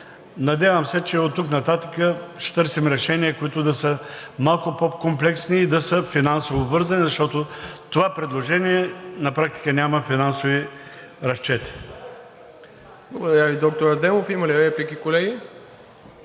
надявам се, че оттук нататък ще търсим решения, които да са малко по-комплексни и да са финансово обвързани, защото това предложение на практика няма финансови разчети.